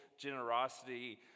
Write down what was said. generosity